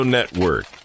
Network